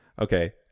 Okay